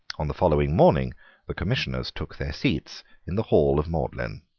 on the following morning the commissioners took their seats in the hall of magdalene.